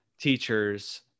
teachers